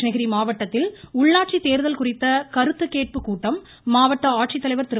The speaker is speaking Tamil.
கிருஷ்ணகிரி மாவட்டத்தில் உள்ளாட்சி தோதல் குறித்த கருத்துக்கேட்பு கூட்டம் மாவட்ட ஆட்சித்தலைவர் திரு